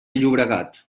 llobregat